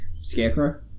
Scarecrow